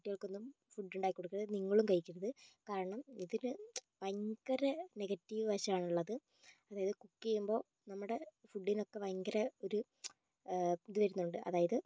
കുട്ടികൾക്കൊന്നും ഫുഡ് ഉണ്ടാക്കി കൊടുക്കരുത് നിങ്ങളും കഴിക്കരുത് കാരണം ഇതില് ഭയങ്കര നെഗറ്റീവ് വശാണുള്ളത് അതായത് കുക്ക് ചെയ്യുമ്പോൾ ഫുഡിനൊക്കെ ഭയങ്കര ഒരു ഇതു വരുന്നുണ്ട് അതായത്